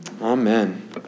Amen